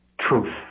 Truth